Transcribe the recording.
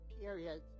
period